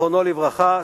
זיכרונו לברכה,